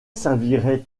servirait